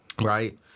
right